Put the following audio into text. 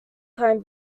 time